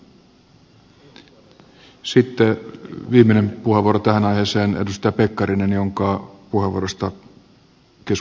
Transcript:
sitten viimeinen vastauspuheenvuoro tähän aiheeseen edustaja pekkariselle jonka puheenvuorosta keskustelu sai alkunsa